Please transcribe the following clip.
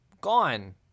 gone